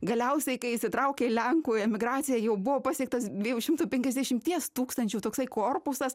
galiausiai kai įsitraukė lenkų emigracija jau buvo pasiektas dviejų šimtų penkiasdešimt tūkstančių toksai korpusas